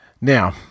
Now